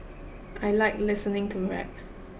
I like listening to rap